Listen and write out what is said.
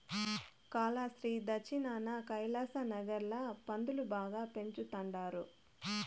కాలాస్త్రి దచ్చినాన కైలాసనగర్ ల పందులు బాగా పెంచతండారు